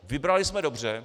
Vybrali jsme dobře.